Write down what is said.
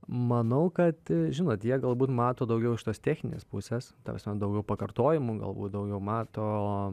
manau kad žinot jie galbūt mato daugiau iš tos techninės pusės ta prasme daugiau pakartojimų galbūt daugiau mato